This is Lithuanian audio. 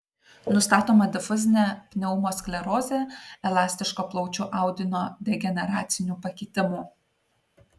nustatoma difuzinė pneumosklerozė elastiško plaučių audinio degeneracinių pakitimų